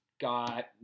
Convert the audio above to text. got